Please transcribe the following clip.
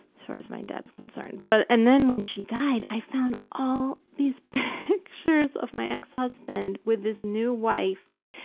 as far as my dad's concerned, but and then when she died i found all these pictures of my ex husband with his new wife, like,